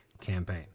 campaign